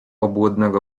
obłudnego